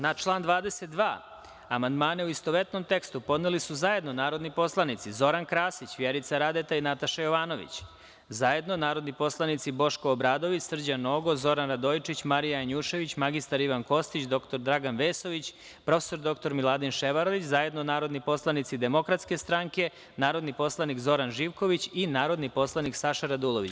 Na član 22. amandmane u istovetnom tekstu podneli su zajedno narodni poslanici Zoran Krasić, Vjerica Radeta i Nataša Jovanović, zajedno narodni poslanici Boško Obradović, Srđan Nogo, Zoran Radojičić, Marija Janjušević, mr Ivan Kostić, dr Dragan Vesović, prof. dr Miladin Ševarlić i zajedno narodni poslanici Demokratske stranke, narodni poslanik Zoran Živković i narodni poslanik Saša Radulović.